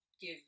give